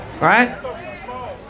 right